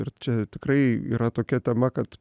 ir čia tikrai yra tokia tema kad